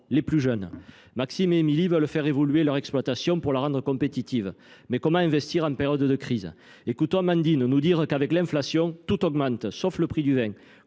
les plus jeunes. Ainsi, Maxime et Émilie veulent « faire évoluer leur exploitation pour la rendre compétitive ». Mais comment investir en période de crise ? Écoutons Amandine nous dire :« Avec l’inflation, tout augmente, sauf le prix du vin